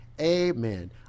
amen